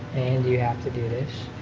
and you have to do this.